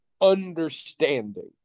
Understanding